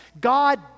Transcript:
God